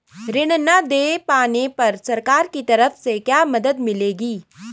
ऋण न दें पाने पर सरकार की तरफ से क्या मदद मिलेगी?